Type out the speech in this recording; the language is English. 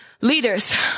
leaders